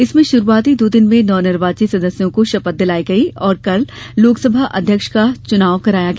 इसमें शुरूआती दो दिन में नवनिर्वाचित सदस्यों को शपथ दिलाई गई और कल लोकसभा अध्यक्ष का चुनाव कराया गया